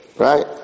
Right